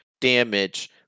damage